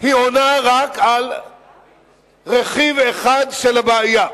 היא עונה רק על רכיב אחד של הבעיה.